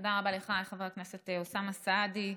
תודה רבה לך, חבר הכנסת אוסאמה סעדי.